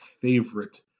favorite